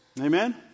Amen